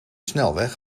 snelweg